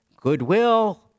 goodwill